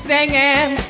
Singing